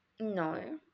no